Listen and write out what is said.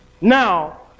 Now